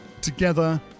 together